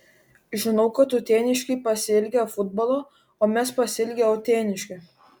žinau kad uteniškiai pasiilgę futbolo o mes pasiilgę uteniškių